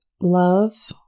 love